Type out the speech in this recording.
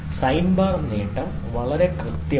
sign bar നേട്ടം വളരെ കൃത്യവും കൃത്യവുമാണ്